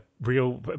real